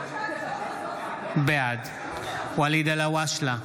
בעד ואליד אלהואשלה,